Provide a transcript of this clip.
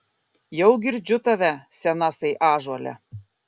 jau girdžiu tave senasai ąžuole